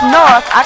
north